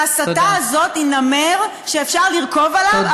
וההסתה הזאת היא נמר שאפשר לרכוב עליו אבל אי-אפשר לשלוט בו.